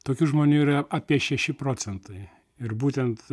tokių žmonių yra apie šeši procentai ir būtent